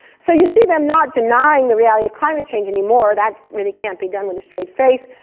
so you see them not denying the reality of climate change anymore. that really can't be done with a straight face,